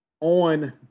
on